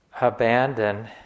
abandon